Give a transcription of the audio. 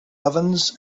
ovens